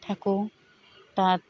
থাকোঁ তাত